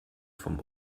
vom